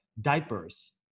diapers